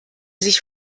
sich